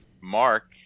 Mark